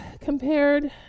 compared